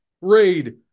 Raid